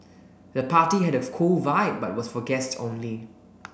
the party had a cool vibe but was for guests only